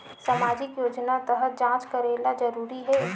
सामजिक योजना तहत जांच करेला जरूरी हे